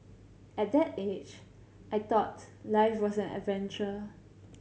at that age I thought life was an adventure